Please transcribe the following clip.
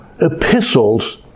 epistles